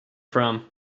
from